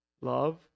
Love